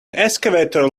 excavator